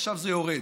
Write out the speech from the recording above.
עכשיו זה יורד.